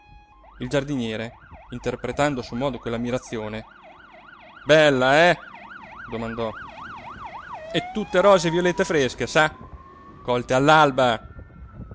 il giardiniere interpretando a suo modo quell'ammirazione bella eh domandò e tutte rose e violette fresche sa colte